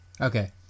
Okay